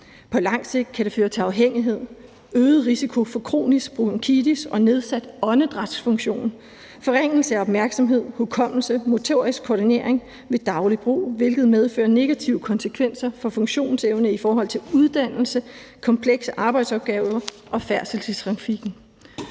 På lang sigt kan det føre til afhængighed, øget risiko for kronisk bronkitis og nedsat åndedrætsfunktion, forringelse af opmærksomhed, hukommelse og motorisk koordinering ved daglig brug, hvilket medfører negative konsekvenser for funktionsevnen i forhold til uddannelse, komplekse arbejdsopgaver og færdsel i trafikken,